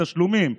תשלומים.